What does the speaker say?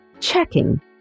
checking